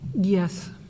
yes